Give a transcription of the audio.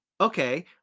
Okay